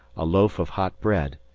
a loaf of hot bread,